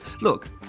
Look